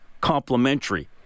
complementary